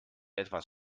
etwas